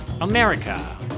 America